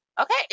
Okay